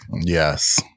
Yes